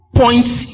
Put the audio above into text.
points